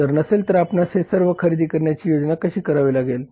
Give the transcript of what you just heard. जर नसेल तर आपणांस हे सर्व खरेदी करण्याची योजना कशी करावी लागेल